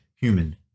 human